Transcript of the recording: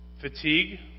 Fatigue